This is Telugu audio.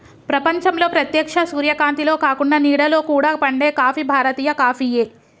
ప్రపంచంలో ప్రేత్యక్ష సూర్యకాంతిలో కాకుండ నీడలో కూడా పండే కాఫీ భారతీయ కాఫీయే